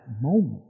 moment